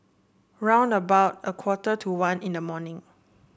round about a quarter to one in the morning